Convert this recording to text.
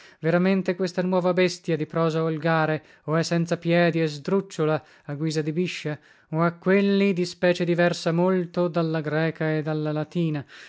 veramente questa nuova bestia di prosa volgare o è senza piedi e sdrucciola a guisa di biscia o ha quelli di specie diversa molto dalla greca e dalla latina